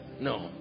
no